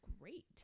great